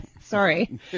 Sorry